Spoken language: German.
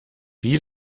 wie